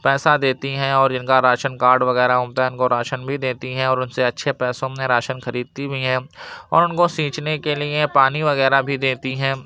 پیسہ دیتی ہیں اور جن کا راشن کارڈ وغیرہ ہوتا ہے ان کو راشن بھی دیتی ہے اور ان سے اچھے پیسوں میں راشن خریدتی بھی ہے اور ان کو سینچنے کے لیے پانی وغیرہ بھی دیتی ہیں